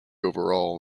overall